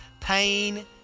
pain